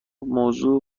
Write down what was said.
موضوع